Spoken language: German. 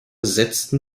setzten